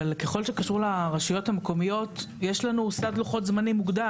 אבל ככל שקשור לרשויות המקומיות יש לנו סד לוחות מוגדר.